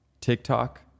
TikTok